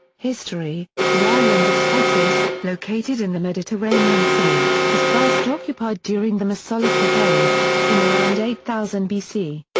history the island of spetses, located in the mediterranean sea, was first occupied during the mesolithic age, in around eight thousand bc.